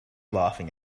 laughing